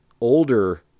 older